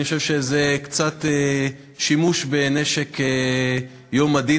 אני חושב שזה קצת שימוש בנשק יום הדין,